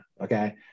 Okay